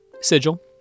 Sigil